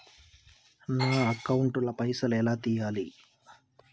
నా అకౌంట్ ల పైసల్ ఎలా తీయాలి?